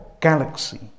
galaxy